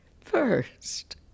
First